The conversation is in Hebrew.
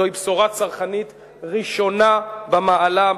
זוהי בשורה צרכנית ראשונה במעלה.